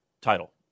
title